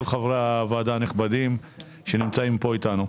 חברי הוועדה הנכבדים שנמצאים כאן איתנו.